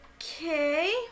Okay